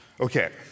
Okay